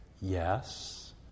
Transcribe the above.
yes